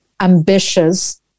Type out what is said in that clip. ambitious